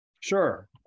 Sure